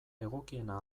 egokiena